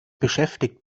beschäftigt